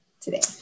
today